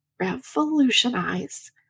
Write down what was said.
revolutionize